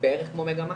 בערך כמו מגמה